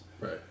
Right